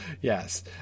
Yes